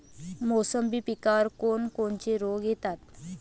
मोसंबी पिकावर कोन कोनचे रोग येतात?